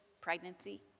pregnancy